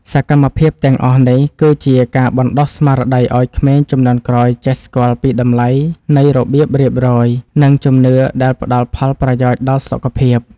សកម្មភាពទាំងអស់នេះ គឺជាការបណ្តុះស្មារតីឱ្យក្មេងជំនាន់ក្រោយចេះស្គាល់ពីតម្លៃនៃរបៀបរៀបរយ និងជំនឿដែលផ្តល់ផលប្រយោជន៍ដល់សុខភាព។